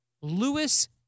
Lewis